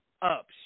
up